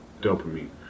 dopamine